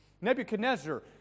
Nebuchadnezzar